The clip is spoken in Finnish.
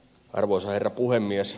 arvoisa herra puhemies